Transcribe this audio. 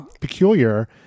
peculiar